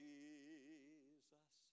Jesus